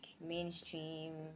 mainstream